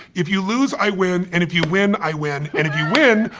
if you lose, i win and if you win, i win. and if you win,